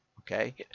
Okay